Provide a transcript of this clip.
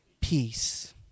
peace